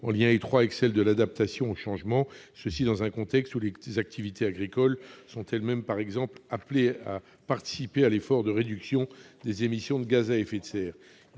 en lien étroit avec celles d'adaptation au changement climatique, et cela dans un contexte où les activités agricoles sont elles-mêmes appelées à participer à l'effort de réduction des émissions de gaz à effet de serre.